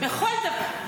בכל דבר.